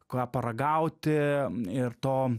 ką paragauti ir to